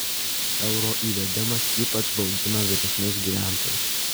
euro įvedimas ypač baugina vyresnius gyventojus